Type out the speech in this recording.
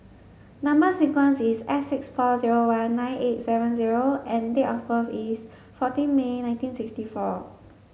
number sequence is S six four zero one nine eight seven zero and date of birth is fourteen May nineteen sixty four